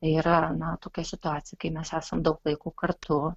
yra na tokia situacija kai mes esam daug laiko kartu